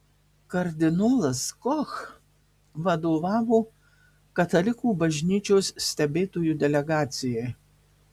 kardinolas koch vadovavo katalikų bažnyčios stebėtojų delegacijai